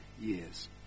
years